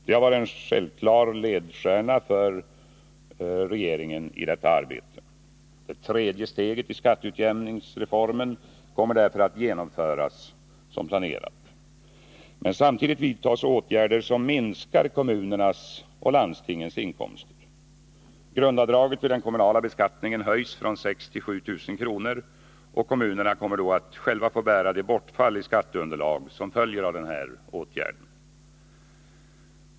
Det har varit en självklar ledstjärna för regeringen i detta arbete. Det tredje steget i skatteutjämningsreformen kommer därför att genomföras som planerat. Men samtidigt vidtas åtgärder som minskar kommunernas och landstingens inkomster. Grundavdraget vid den kommunala beskattningen höjs från 6 000 till 7 000 kr. Kommunerna får då själva bära det bortfall i skatteunderlaget som följer av denna åtgärd.